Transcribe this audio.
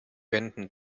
wänden